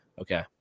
okay